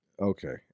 Okay